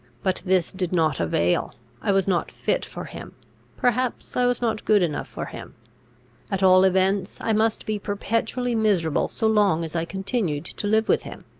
but this did not avail i was not fit for him perhaps i was not good enough for him at all events, i must be perpetually miserable so long as i continued to live with him.